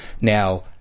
now